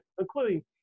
including